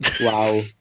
Wow